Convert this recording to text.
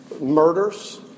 murders